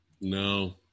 No